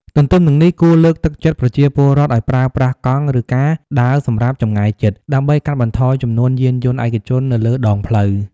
ទន្ទឹមនឹងនេះ គួរលើកទឹកចិត្តប្រជាពលរដ្ឋឱ្យប្រើប្រាស់កង់ ឬការដើរសម្រាប់ចម្ងាយជិត ដើម្បីកាត់បន្ថយចំនួនយានយន្តឯកជននៅលើដងផ្លូវ។